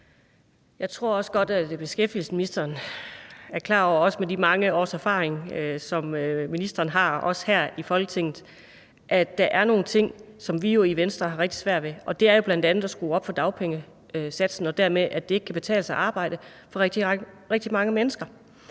har her i Folketinget, er klar over, at der er nogle ting, som vi i Venstre har rigtig svært ved, og det er jo bl.a. at skrue op for dagpengesatsen og derved sørge for, at det ikke kan betale sig at arbejde for rigtig mange mennesker.